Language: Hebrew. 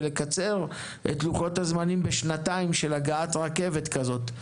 ולקצר בשנתיים את לוחות הזמנים של הגעת רכבת כזאת.